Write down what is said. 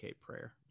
prayer